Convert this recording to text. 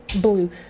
blue